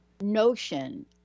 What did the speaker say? notion